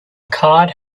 card